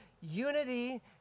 unity